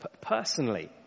personally